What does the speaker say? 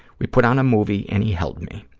we put on a movie and he held me.